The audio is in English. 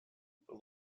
the